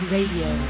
Radio